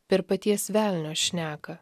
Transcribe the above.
per paties velnio šneką